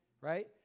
right